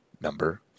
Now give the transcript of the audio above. number